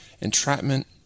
Entrapment